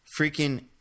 freaking